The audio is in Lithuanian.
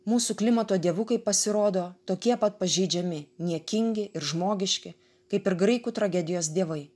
mūsų klimato dievukai pasirodo tokie pat pažeidžiami niekingi ir žmogiški kaip ir graikų tragedijos dievai